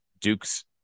Duke's